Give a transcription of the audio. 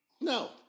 No